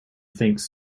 thinks